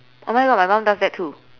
oh my god my mum does that too